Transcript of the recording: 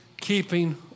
keeping